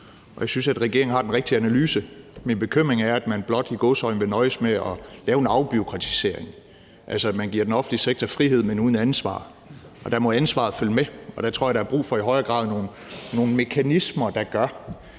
Jeg synes, at regeringen har den rigtige analyse. Min bekymring er, at man blot – i gåseøjne – vil nøjes med at lave en afbureaukratisering, altså at man giver den offentlige sektor frihed, men uden ansvar. Der må ansvaret følge med, og der tror jeg, at der i højere grad er brug for nogle mekanismer, der gør,